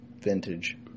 vintage